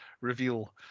reveal